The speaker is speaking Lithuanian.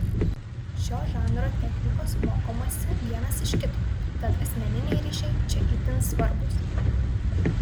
šio žanro technikos mokomasi vienas iš kito tad asmeniniai ryšiai čia itin svarbūs